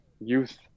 youth